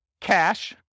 cash